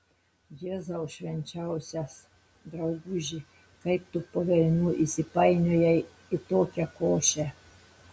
jėzau švenčiausias drauguži kaip tu po velnių įsipainiojai į tokią košę